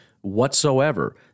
whatsoever